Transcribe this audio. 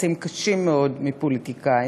לחצים קשים מאוד מפוליטיקאים,